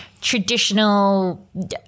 traditional